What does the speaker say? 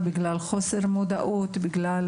בגלל